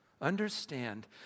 Understand